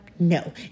No